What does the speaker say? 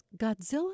Godzilla